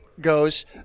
goes